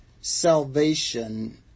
Salvation